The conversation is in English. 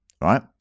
right